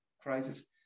crisis